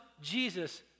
Jesus